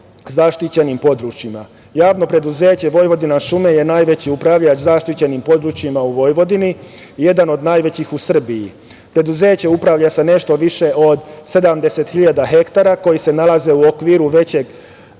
zaštićenih područja. Javno preduzeće „Vojvodina šume“ je najveći upravljač zaštićenih područja u Vojvodini, jedan od najvećih u Srbiji. Preduzeće upravlja sa nešto više od 70.000 hektara koji se nalaze u okviru većeg